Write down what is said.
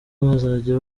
bazajya